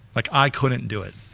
like i couldn't do it.